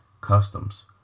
customs